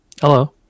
Hello